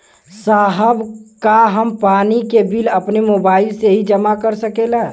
साहब का हम पानी के बिल अपने मोबाइल से ही जमा कर सकेला?